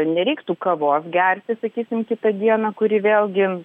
nereiktų kavos gerti sakysim kitą dieną kuri vėlgi